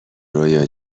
رویا